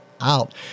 out